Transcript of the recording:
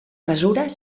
mesures